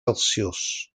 celsius